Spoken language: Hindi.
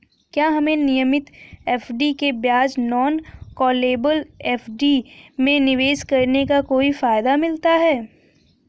क्या हमें नियमित एफ.डी के बजाय नॉन कॉलेबल एफ.डी में निवेश करने का कोई फायदा मिलता है?